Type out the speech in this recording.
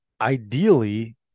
Ideally